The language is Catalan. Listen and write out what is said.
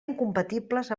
incompatibles